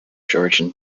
georgian